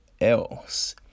else